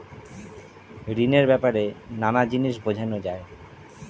ঋণের ব্যাপারে নানা জিনিস বোঝানো যায়